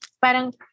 parang